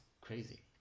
crazy